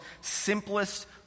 simplest